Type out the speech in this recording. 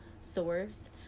source